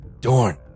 Dorn